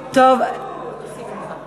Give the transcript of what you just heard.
סליחה, הצבעתי בטעות אצל גלעד ארדן.